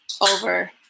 over